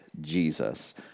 Jesus